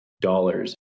dollars